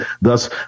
thus